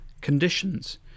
conditions